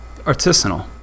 Artisanal